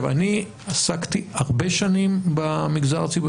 אני עסקתי הרבה שנים במגזר הציבורי,